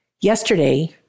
Yesterday